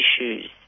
issues